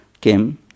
came